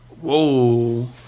Whoa